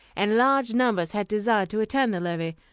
and large numbers had desired to attend the levee,